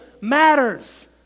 matters